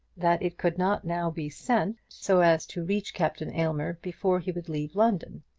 that it could not now be sent so as to reach captain aylmer before he would leave london.